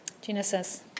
Genesis